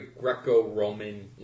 Greco-Roman